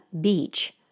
beach